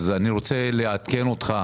אז אני רוצה לעדכן אותך,.